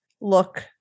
look